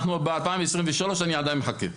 אנחנו ב-2023, אני עדיין מחכה.